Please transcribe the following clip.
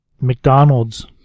McDonald's